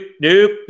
nope